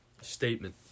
Statement